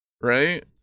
right